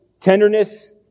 tenderness